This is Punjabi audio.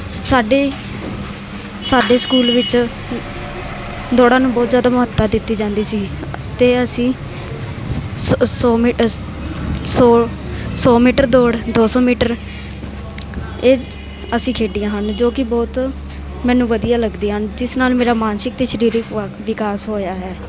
ਸਾਡੇ ਸਾਡੇ ਸਕੂਲ ਵਿੱਚ ਦੌੜਾਂ ਨੂੰ ਬਹੁਤ ਜ਼ਿਆਦਾ ਮਹੱਤਤਾ ਦਿੱਤੀ ਜਾਂਦੀ ਸੀ ਅਤੇ ਅਸੀਂ ਸੌ ਮੀ ਸੌ ਸੌ ਮੀਟਰ ਦੌੜ ਦੋ ਸੌ ਮੀਟਰ ਇਹ ਅਸੀਂ ਖੇਡੀਆਂ ਹਨ ਜੋ ਕਿ ਬਹੁਤ ਮੈਨੂੰ ਵਧੀਆ ਲੱਗਦੀਆਂ ਹਨ ਜਿਸ ਨਾਲ ਮੇਰਾ ਮਾਨਸਿਕ ਅਤੇ ਸਰੀਰਿਕ ਵਾ ਵਿਕਾਸ ਹੋਇਆ ਹੈ